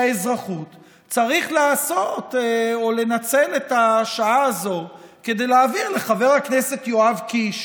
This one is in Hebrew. האזרחות צריך לנצל את השעה הזו כדי להעביר לחבר הכנסת יואב קיש,